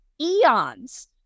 eons